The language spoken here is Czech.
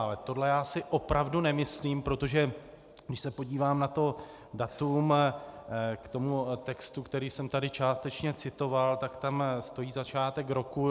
Ale tohle já si opravdu nemyslím, protože když se podívám na to datum k tomu textu, který jsem tady částečně citoval, tak tam stojí začátek roku 2012.